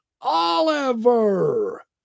Oliver